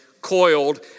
coiled